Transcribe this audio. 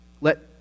Let